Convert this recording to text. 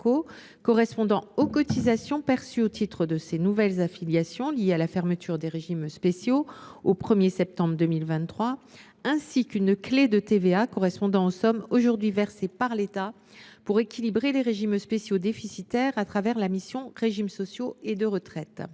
correspondant aux cotisations perçues au titre de ces nouvelles affiliations liées à la fermeture des régimes spéciaux au 1 septembre 2023, ainsi qu’une clé de TVA correspondant aux sommes aujourd’hui versées par l’État pour équilibrer les régimes spéciaux déficitaires à travers la mission « Régimes sociaux et de retraite